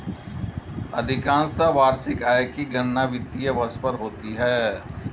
अधिकांशत वार्षिक आय की गणना वित्तीय वर्ष पर होती है